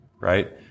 Right